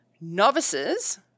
Novices